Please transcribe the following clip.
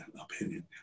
opinion